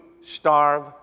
starve